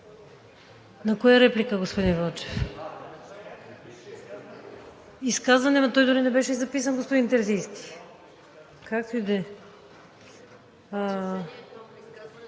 На коя реплика, господин Вълчев? Изказване? Но той дори не беше записан господин Терзийски, както и